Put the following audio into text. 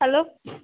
hello